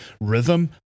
rhythm